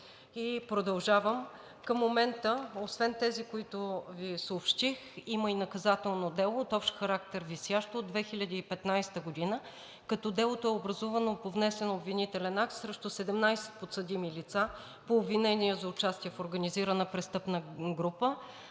И продължавам – към момента освен тези, които Ви съобщих, има и наказателно дело от общ характер, висящо от 2015 г., като делото е образувано по внесен обвинителен акт срещу 17 подсъдими лица по обвинение за участие в организирана престъпна група